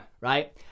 right